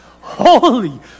holy